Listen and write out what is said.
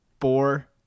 four